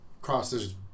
crosses